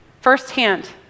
firsthand